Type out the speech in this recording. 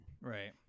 Right